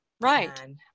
Right